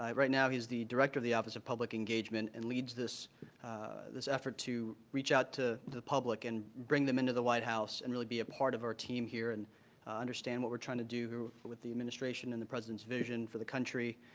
right now he is the director of the office of public engagement. and leads this this effort to reach out to the public and bring them in to the white house and really be a part of our team here and understand what we're trying to do with the administration and the president's vision for the country.